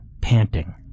panting